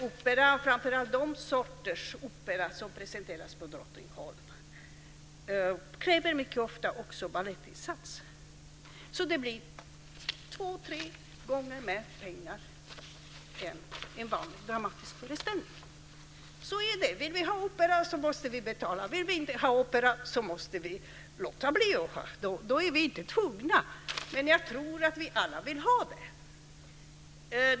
Opera, framför allt de sorters opera som presenteras på Drottningholm, kräver mycket ofta också balettinsats, så det blir två tre gånger mer pengar än en vanlig dramatisk föreställning. Så är det: Vill vi ha opera så måste vi betala; vill vi inte ha opera så är vi inte tvungna att göra det - men jag tror att vi alla vill ha det!